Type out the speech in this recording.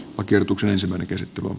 oikeutuksensa meni kertoo